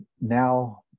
now